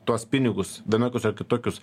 tuos pinigus vienokius ar kitokius